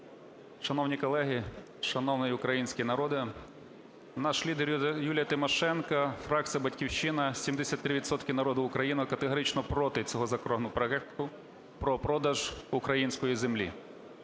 Шановні колеги, шановний український народ, наш лідер Юлія Тимошенко, фракція "Батьківщина", 73 відсотки народу України категорично проти цього законопроекту про продаж української землі.